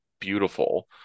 beautiful